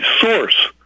source